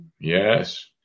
Yes